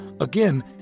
Again